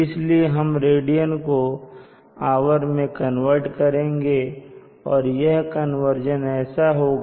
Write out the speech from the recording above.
इसलिए हम रेडियन को आवर मैं कन्वर्ट करेंगे और यह कन्वर्जन ऐसे होगा